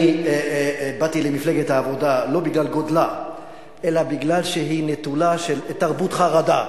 אני באתי למפלגת העבודה לא בגלל גודלה אלא בגלל שהיא נטולת תרבות חרדה.